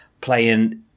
playing